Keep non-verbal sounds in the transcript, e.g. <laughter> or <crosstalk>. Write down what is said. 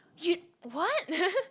you what <laughs>